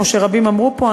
כמו שרבים אמרו פה,